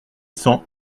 cent